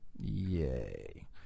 Yay